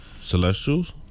Celestials